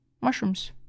mushrooms